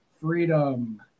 freedom